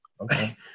Okay